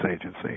Agency